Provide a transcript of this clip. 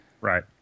Right